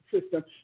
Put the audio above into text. system